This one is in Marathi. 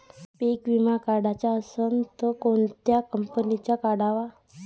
पीक विमा काढाचा असन त कोनत्या कंपनीचा काढाव?